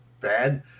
bad